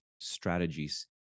strategies